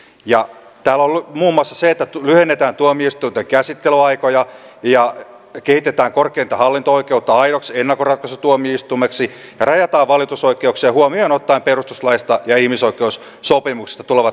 täällä on muun muassa se että lyhennetään tuomioistuinten käsittelyaikoja ja kehitetään korkeinta hallinto oikeutta aidoksi ennakkoratkaisutuomioistuimeksi ja rajataan valitusoikeuksia huomioon ottaen perustuslaista ja ihmisoi keussopimuksista tulevat